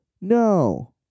No